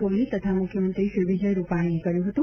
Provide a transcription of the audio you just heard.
કોહલી તથા મુખ્યમંત્રી વિજય રૂપાણીએ કર્યું હતું